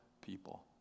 people